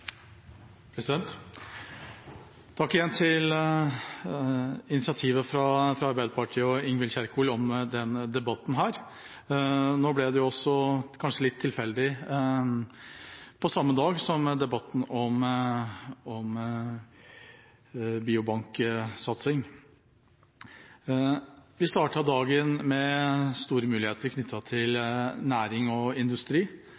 igjen for initiativet fra Arbeiderpartiet og Ingvild Kjerkol til denne debatten. Nå ble det, kanskje litt tilfeldig, på samme dag som debatten om biobanksatsing. Vi startet dagen med store muligheter knyttet til næring og industri,